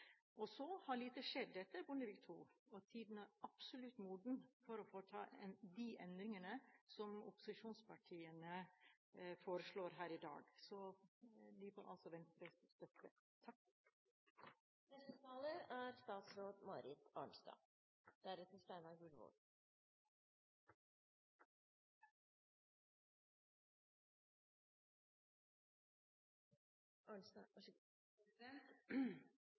markedet. Så har lite skjedd etter Bondevik II, og tiden er absolutt moden for å foreta de endringene som opposisjonspartiene foreslår her i dag. Forslagene får altså Venstres støtte. Avinor har i dag ansvaret både for lufthavnene og for flysikringstjenestene. Flysikringstjenestene er